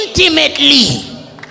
intimately